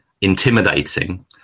intimidating